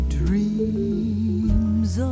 dreams